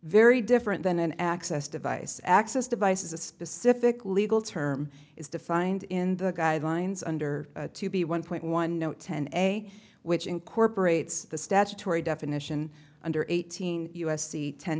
very different than an access device access device is a specific legal term is defined in the guidelines under to be one point one no ten which incorporates the statutory definition under eighteen u s c ten